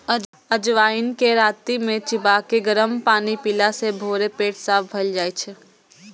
अजवाइन कें राति मे चिबाके गरम पानि पीला सं भोरे पेट साफ भए जाइ छै